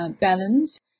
balance